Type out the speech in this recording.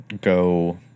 go